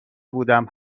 بودم